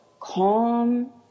calm